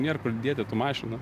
nėr kur dėti tų mašinų